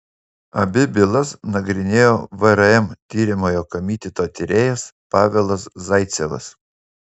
abi bylas nagrinėjo vrm tiriamojo komiteto tyrėjas pavelas zaicevas